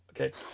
Okay